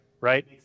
right